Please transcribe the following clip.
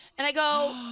and i go